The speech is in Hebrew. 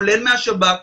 כולל מהשב"כ.